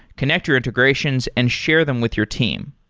connect your integrations and share them with your team.